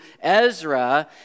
Ezra